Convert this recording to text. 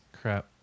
crap